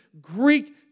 Greek